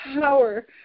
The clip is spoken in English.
power